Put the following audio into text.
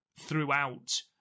throughout